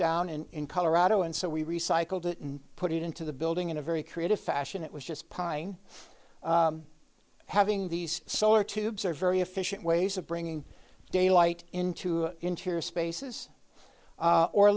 down in colorado and so we recycled it and put it into the building in a very creative fashion it was just pine having these solar tubes are very efficient ways of bringing daylight into interior spaces